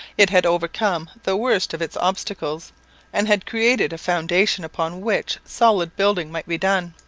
it had overcome the worst of its obstacles and had created a foundation upon which solid building might be done.